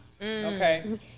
okay